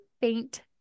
faint